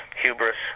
hubris